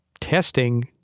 testing